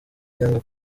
cyangwa